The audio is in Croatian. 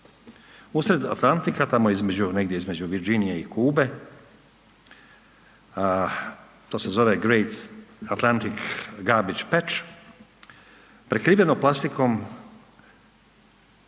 Uslijed Atlantika, tamo između, negdje između Virdžinije i Kube, to se zove Great Atlantic Garbage Patch, prekriveno plastikom